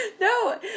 no